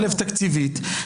א', תקציבית.